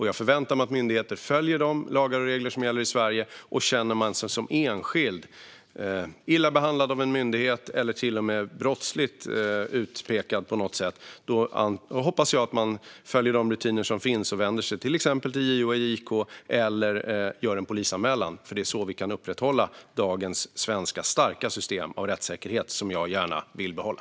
Jag förväntar mig att myndigheter följer de lagar och regler som gäller i Sverige. Och känner man sig som enskild illa behandlad av en myndighet eller till och med utsatt för något brottsligt hoppas jag att man följer de rutiner som finns och vänder sig till exempelvis JO och JK eller gör en polisanmälan, för det är så vi kan upprätthålla dagens starka svenska system av rättssäkerhet som jag gärna vill behålla.